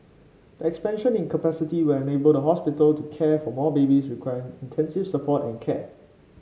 the expansion in capacity will enable the hospital to care for more babies requiring intensive support and care